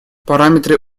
параметры